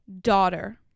daughter